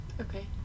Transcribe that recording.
Okay